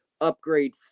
upgrade